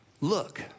Look